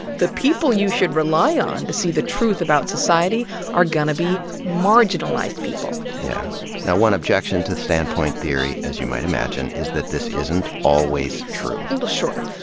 the people you should rely on to see the truth about society are gonna be marginalized people. yeah one objection to standpoint theory, as you might imagine, is that this isn't always true. and sure.